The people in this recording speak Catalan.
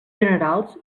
generals